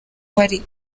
wari